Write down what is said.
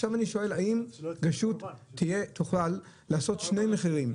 עכשיו אני שואל האם הרשות תוכל לעשות שני מחירים,